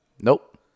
Nope